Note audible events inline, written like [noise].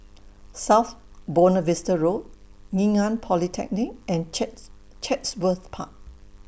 South Buona Vista Road Ngee Ann Polytechnic and [unintelligible] Chatsworth Park